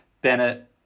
Bennett